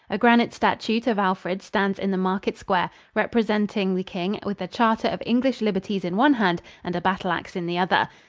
a granite statute of alfred stands in the market square, representing the king with the charter of english liberties in one hand and a battle-ax in the other.